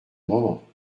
moment